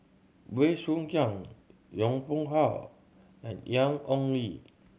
Bey Soo Khiang Yong Pung How and Ian Ong Li